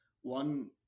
one